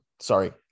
Sorry